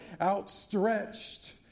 outstretched